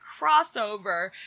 crossover